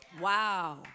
Wow